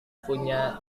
punya